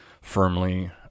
firmly